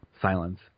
silence